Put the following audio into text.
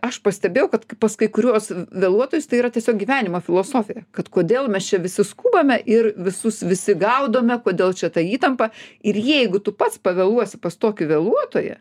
aš pastebėjau kad pas kai kuriuos vėluotojus tai yra tiesiog gyvenimo filosofija kad kodėl mes čia visi skubame ir visus visi gaudome kodėl čia ta įtampa ir jeigu tu pats pavėluosi pas tokį vėluotoją